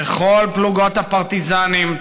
בכל פלוגות הפרטיזנים,